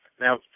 Now